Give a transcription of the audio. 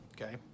okay